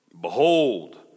Behold